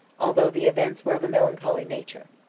although the events were of a melancholy nature.